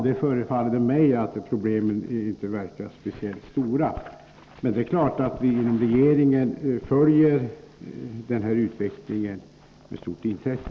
Det förefaller mig därför som om problemen inte är speciellt stora, men det är självklart att vi inom regeringen följer utvecklingen med stort intresse.